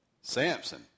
Samson